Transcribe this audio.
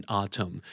autumn